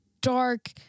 dark